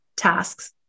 tasks